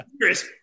serious